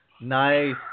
Nice